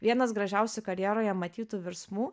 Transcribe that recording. vienas gražiausių karjeroje matytų virsmų